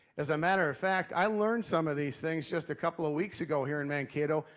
as a matter of fact, i learned some of these things just a couple of weeks ago here in mankato.